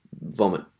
vomit